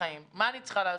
אני צריכה לעשות?